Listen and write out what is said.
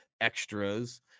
extras